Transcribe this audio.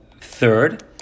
third